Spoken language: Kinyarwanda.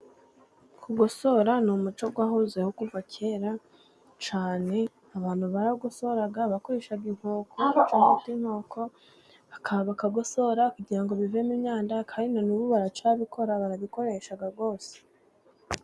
Kugosora n'umuco wahozeho kuva kera cyane, abantu baragosoraga bakoreshaga icyo bita inkoko, bakagosora kugirango bivemo imyanda kandi na n'ubu baracyabikora, barabikoresha rwose.